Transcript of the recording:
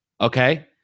okay